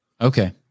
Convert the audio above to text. Okay